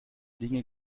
dinge